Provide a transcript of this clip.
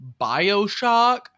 Bioshock